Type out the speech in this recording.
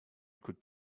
could